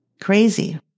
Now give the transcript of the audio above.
Crazy